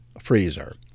freezer